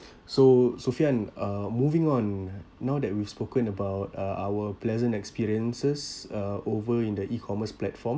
so sophian uh moving on now that we've spoken about uh our pleasant experiences uh over in the E commerce platform